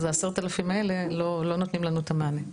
אז ה-10,000 האלה לא נותנים לנו את המענה.